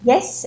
Yes